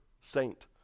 saint